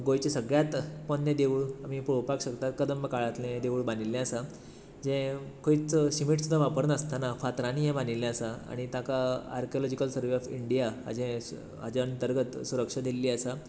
गोंयच्या सगळ्यांत पोरणें देवूळ आमी पळोवपाक शकतात कदंब काळांतलें हें देवूळ बांदिल्लें आसा जें खंयच शिमीट वापरनासतना फातरांनी हें बांदिल्लें आसा आनी ताका आर्कोलाॅजीकल सर्वे ऑफ इंडिया हाजें हाज्या अंतरगत सुरक्षा दिल्ली आसा